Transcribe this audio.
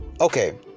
okay